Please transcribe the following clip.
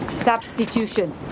Substitution